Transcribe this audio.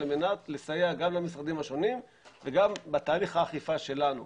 מנת לסייג גם למשרדים השונים וגם בתהליך האכיפה שלנו.